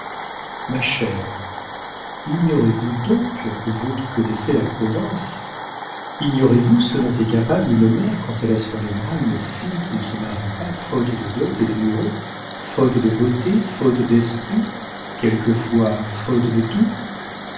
ma chère ignorez-vous donc vous qui connaissez la province ignorez-vous ce dont est capable une mère quand elle a sur les bras une fille qui ne se marie pas faute de dot et d'amoureux faute de beauté faute d'esprit quelquefois faute de tout